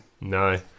No